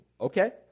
okay